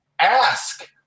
ask